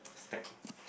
stack